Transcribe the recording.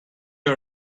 you